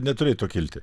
neturėtų kilti